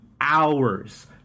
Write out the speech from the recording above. hours